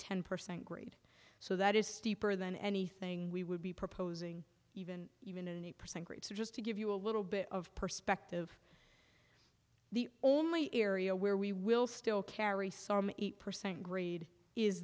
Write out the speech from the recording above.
ten percent grade so that is steeper than anything we would be proposing even even an eight percent grade so just to give you a little bit of perspective the only area where we will still carry some eight percent grade is